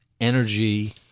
energy